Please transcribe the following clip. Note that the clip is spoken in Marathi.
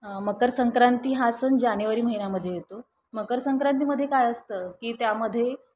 मकरसंक्रांती हा सण जानेवारी महिन्यामध्ये येतो मकरसंक्रांतीमध्ये काय असतं की त्यामध्ये